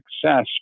success